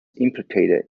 implicated